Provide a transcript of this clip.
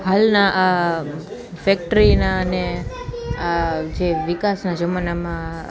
હાલના આ ફેક્ટરીનાને આ જે વિકાસના જમાનામાં